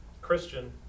Christian